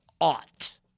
ought